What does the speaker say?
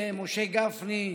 משה גפני,